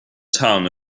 town